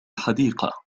الحديقة